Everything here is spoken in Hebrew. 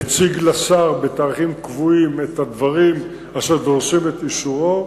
מציג לשר בתאריכים קבועים את הדברים אשר דורשים את אישורו.